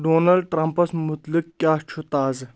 ڈونالڈٕ ٹرمپس مُتلِق کیٛاہ چھُ تازٕ